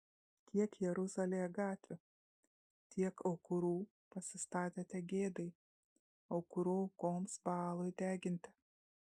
kiek jeruzalėje gatvių tiek aukurų pasistatėte gėdai aukurų aukoms baalui deginti